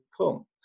come